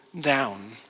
down